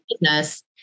business